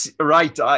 Right